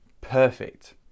perfect